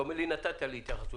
אתה אומר לי, נתת לך התייחסות.